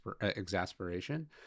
exasperation